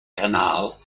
canal